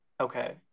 okay